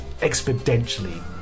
exponentially